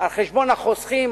על חשבון החוסכים,